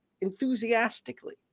enthusiastically